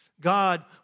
God